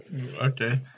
Okay